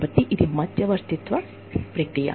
కాబట్టి ఇది మధ్యవర్తిత్వ ప్రక్రియ